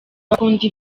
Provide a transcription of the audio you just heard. bakunda